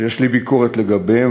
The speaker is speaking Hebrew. שיש לי ביקורת לגביהם,